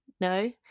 No